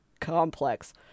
complex